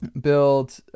build